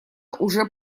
уже